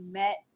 met